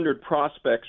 prospects